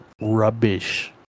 rubbish